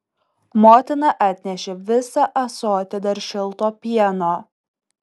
motina atnešė visą ąsotį dar šilto pieno